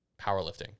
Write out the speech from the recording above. powerlifting